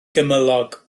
gymylog